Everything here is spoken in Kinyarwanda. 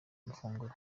mafunguro